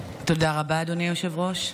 תודה רבה, אדוני היושב-ראש.